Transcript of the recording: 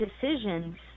decisions